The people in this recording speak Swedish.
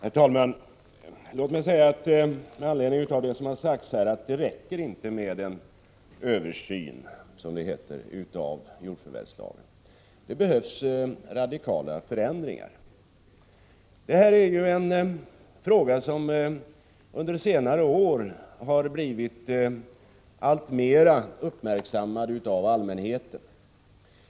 Herr talman! Låt mig säga med anledning av det som sagts här att det inte räcker med en översyn, som det heter, av jordförvärvslagen. Det behövs radikala förändringar. Det här är ju en fråga som under senare år blivit alltmer uppmärksammad av allmänheten.